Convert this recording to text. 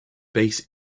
bass